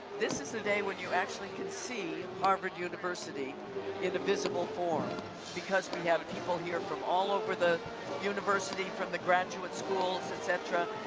this is the day when you actually can see harvard university in a visible form because we have people from all over the university, from the graduate schools, et cetera,